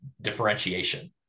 differentiation